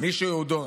מי שיהודון.